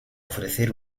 ofrecer